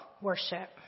worship